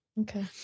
Okay